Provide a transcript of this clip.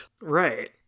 Right